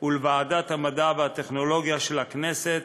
ולוועדת המדע והטכנולוגיה של הכנסת,